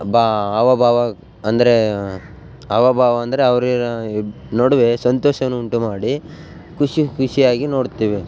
ಬಾ ಹಾವ ಭಾವ ಅಂದರೆ ಹಾವ ಭಾವ ಅಂದರೆ ಅವ್ರ ನಡುವೆ ಸಂತೋಷವನ್ನು ಉಂಟು ಮಾಡಿ ಖುಷಿ ಖುಷಿಯಾಗಿ ನೋಡ್ತೇವೆ